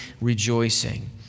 rejoicing